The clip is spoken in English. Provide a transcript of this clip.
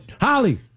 Holly